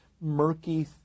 murky